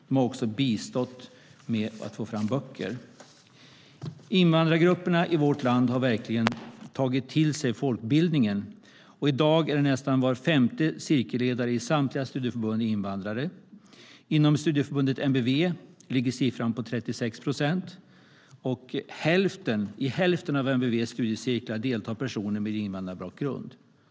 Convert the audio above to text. De har också bistått med att få fram böcker. Invandrargrupperna i vårt land har verkligen tagit till sig folkbildningen. I dag är nästan var femte cirkelledare i samtliga studieförbund invandrare. Inom studieförbundet NBV ligger siffran på 36 procent, och i hälften av NBV:s studiecirklar deltar personer med invandrarbakgrund.